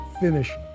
finish